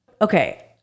Okay